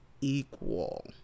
equal